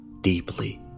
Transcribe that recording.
deeply